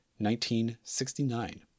1969